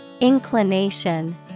Inclination